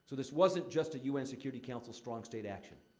so this wasn't just a u n. security council strong state action.